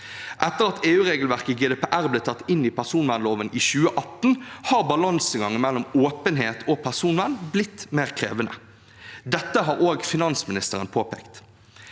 Etter at EU-regelverket GDPR ble tatt inn i personvernloven i 2018, har balansegangen mellom åpenhet og personvern blitt mer krevende. Dette har også finansministeren påpekt.